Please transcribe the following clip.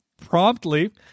Promptly